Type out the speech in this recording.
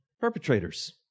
perpetrators